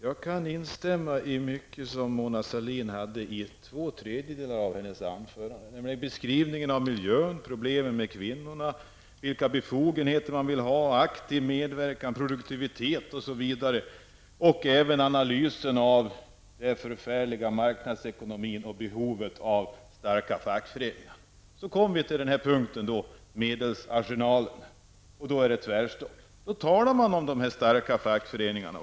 Herr talman! Jag kan instämma i två tredjedelar av Mona Sahlins anförande, nämligen beskrivningen av miljön, problemen med kvinnorna, vilka befogenheter som skall finnas, aktiv medverkan, produktivitet osv. och även analysen av den förfärliga marknadsekonomin och behovet av starka fackföreningar. Så kommer vi till punkten medelsarsenalen. Då är det tvärstopp. Då talar man om de starka fackföreningarna.